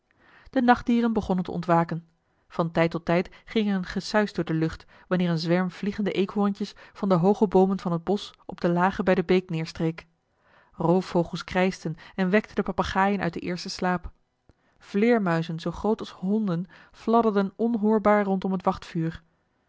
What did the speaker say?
nachtdieren begonnen te ontwaken van tijd tot tijd ging er een gesuis door de lucht wanneer een zwerm vliegende eekhorentjes van de hooge boomen van het bosch op de lage bij de beek neerstreek roofvogels krijschten en wekten de papegaaien uit den eersten slaap vleermuizen zoo groot als honden fladderden onhoorbaar rondom het